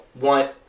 want